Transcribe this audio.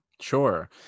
Sure